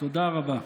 תודה רבה.